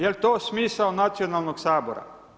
Je li to smisao nacionalnog Sabora?